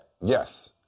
Yes